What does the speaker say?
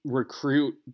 recruit